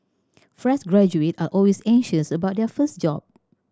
fresh graduate are always anxious about their first job